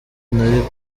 nari